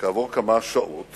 כעבור כמה שעות